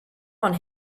one